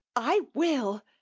i will!